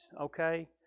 okay